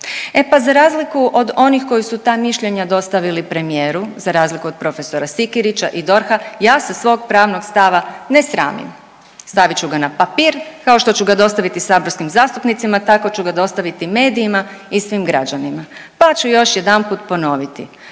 E pa za razliku od onih koji su ta mišljenja dostavili premijeru, za razliku od prof. Sikirića i DORH-a ja se svog pravnog stava ne sramim, stavit ću ga na papir kao što ću ga dostaviti saborskim zastupnicima tako ću ga dostaviti medijima i svim građanima, pa ću još jedanput ponoviti